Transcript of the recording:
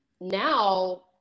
now